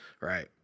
Right